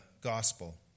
gospel